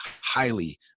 highly